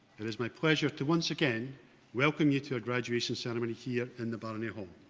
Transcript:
and it's my pleasure to once again welcome you to our graduation ceremony here in the barony hall.